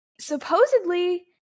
supposedly